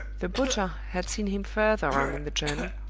the butcher had seen him further on in the journey,